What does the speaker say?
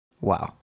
Wow